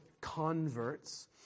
converts